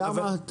למה?